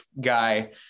guy